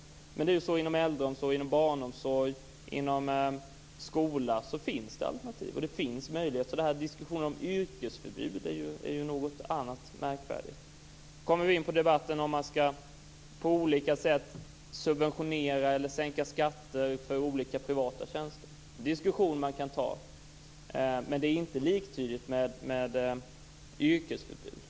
Men inom äldreomsorg, barnomsorg och skola finns det ju alternativ, och det finns möjligheter. Diskussionen om yrkesförbud är något annat märkvärdigt. Då kommer vi in på debatten om ifall man på olika sätt skall subventionera eller sänka skatter för olika privata tjänster. Det är en diskussion man kan ta. Men det är inte liktydigt med yrkesförbud.